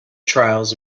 trials